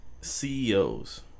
CEOs